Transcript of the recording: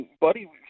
Buddy